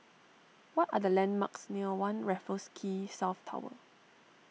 what are the landmarks near one Raffles Quay South Tower